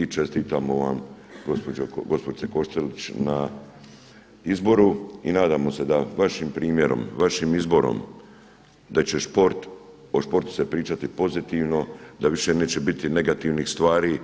I čestitamo vam gospođice Kostolić na izboru i nadamo se da vašim primjerom, vašim izborom da će sport, o sportu se pričati pozitivno, da više neće biti negativnih stvari,